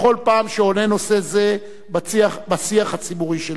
בכל פעם שעולה נושא זה בשיח הציבורי שלנו.